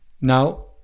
Now